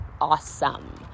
awesome